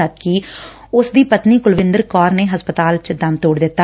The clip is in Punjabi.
ਜਦ ਕਿ ਉਨ੍ਪਾਂ ਦੀ ਪਤਨੀ ਕੁਲਵਿੰਦਰ ਕੌਰ ਨੇ ਹਸਪਤਾਲ 'ਚ ਦਮ ਤੋੜ ਦਿੱਤਾ